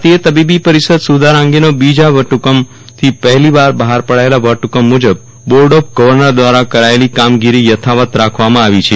ભારતીય તબીબી પરિષદ સુધારા અંગેના બીજો વટ હુકમથી પહેલીવાર બહાર પડાયેલા વટ હુકમ મુજબ બોર્ડ ઓફ ગર્વનર દ્વારા કરાયેલી કામગીરી યથાવત રાખવામાં આવી છે